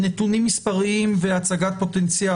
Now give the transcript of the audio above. נאשמים ומהות ההליך המשפטי הפלילי בישראל,